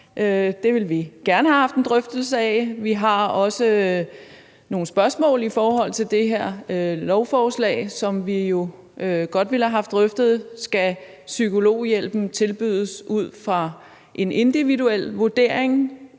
Det ville vi gerne haft en drøftelse af. Vi har også nogle spørgsmål i forhold til det her lovforslag, som vi jo godt ville have haft drøftet. Skal psykologhjælpen tilbydes ud fra en individuel vurdering?